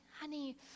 honey